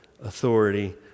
authority